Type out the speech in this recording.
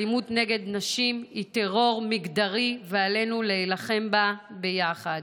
האלימות נגד נשים היא טרור מגדרי ועלינו להילחם בזה ביחד.